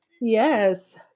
yes